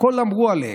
הכול אמרו עליהם.